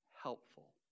helpful